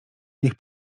niech